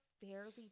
fairly